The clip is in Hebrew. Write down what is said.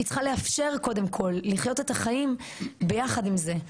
היא צריכה לאפשר קודם כל לחיות את החיים ביחד עם זה.